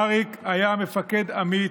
אריק היה מפקד אמיץ,